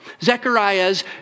Zechariah's